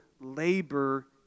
labor